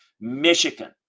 Michigan